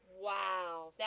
Wow